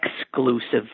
exclusive